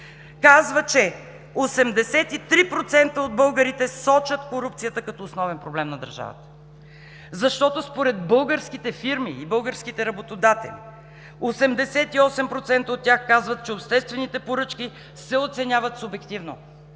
казва, че 83% от българите сочат корупцията като основен проблем на държавата. Защото според българските фирми и българските работодатели – 88% от тях, казват, че обществените поръчки се оценяват субективно,